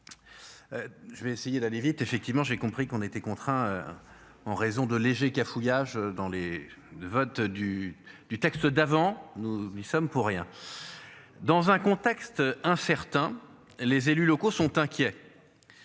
Je vais essayer d'aller vite effectivement, j'ai compris qu'on était contraint. En raison de léger cafouillage dans les votes du du texte d'avant nous n'y sommes pour rien. Dans un contexte incertain, les élus locaux sont inquiets.